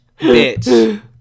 bitch